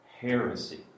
heresy